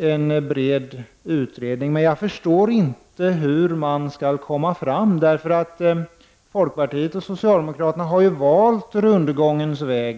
en bred utredning, men jag förstår inte hur man skall lösa problemen, för folkpartiet och socialdemokraterna har ju valt rundgångens väg.